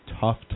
tough